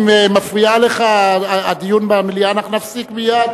אם מפריע לך הדיון המליאה אנחנו נפסיק מייד,